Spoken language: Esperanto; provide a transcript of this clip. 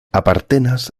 apartenas